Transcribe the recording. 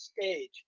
stage